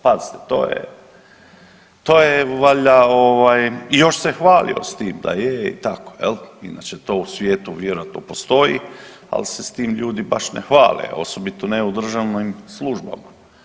Pazite, to je, to je valjda ovaj i još se hvalio s tim da je i tako jel inače to u svijetu vjerojatno postoji, al se s tim ljudi baš ne hvale osobito ne u državnim službama.